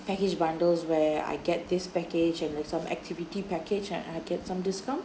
package bundles where I get this package and like some activity package and I get some discount